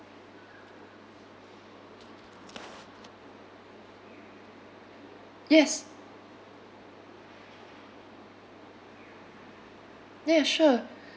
yes ya sure